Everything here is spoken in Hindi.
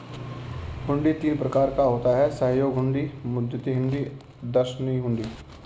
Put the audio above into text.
हुंडी तीन प्रकार का होता है सहयोग हुंडी, मुद्दती हुंडी और दर्शनी हुंडी